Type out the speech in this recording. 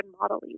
modeling